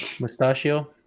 Mustachio